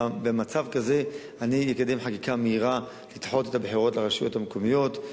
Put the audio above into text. במצב כזה אני אקדם חקיקה מהירה לדחות את הבחירות לרשויות המקומיות,